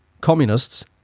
communists